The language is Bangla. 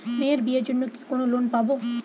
মেয়ের বিয়ের জন্য কি কোন লোন পাব?